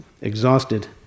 exhausted